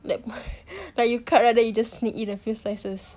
like you cut right than you just sneak in a few slices